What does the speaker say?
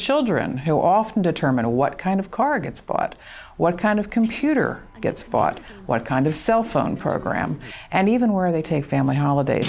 children who often determine what kind of car gets bought what kind of computer gets bought what kind of cellphone program and even where they take family holidays